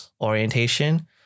orientation